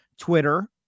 Twitter